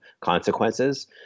consequences